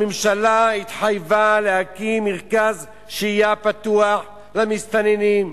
הממשלה התחייבה להקים מרכז שהייה פתוח למסתננים,